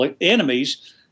enemies